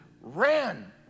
ran